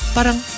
Parang